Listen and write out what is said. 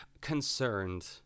concerned